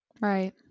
Right